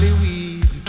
weed